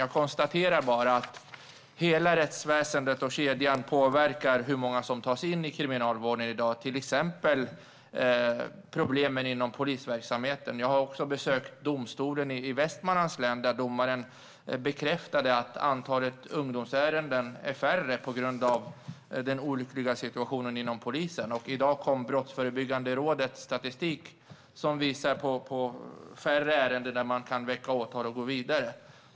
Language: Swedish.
Jag konstaterar bara att hela rättsväsendet och kedjan påverkar hur många som tas in i kriminalvården i dag, till exempel problemen inom polisverksamheten. Jag har besökt bland annat domstolen i Västmanlands län, där domaren bekräftade att antalet ungdomsärenden är mindre på grund av den olyckliga situationen inom polisen. I dag kom Brottsförebyggande rådets statistik som visar på färre ärenden där man kan väcka åtal och gå vidare.